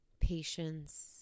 patience